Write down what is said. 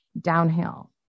downhill